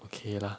okay lah